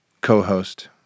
co-host